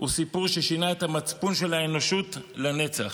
הוא סיפור ששינה את המצפון של האנושות לנצח.